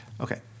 Okay